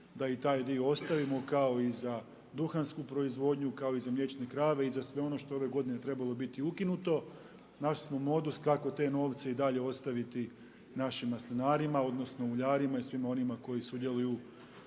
da i taj dio ostavimo kao i za duhansku proizvodnju, kao i za mliječne krave i za sve ono što je ove godine trebalo biti ukinuto. Našli smo modus kako te novce i dalje ostaviti našim maslinarima, odnosno uljarima i svima onima koji sudjeluju